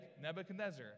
Nebuchadnezzar